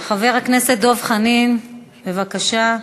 חבר הכנסת דב חנין, בבקשה.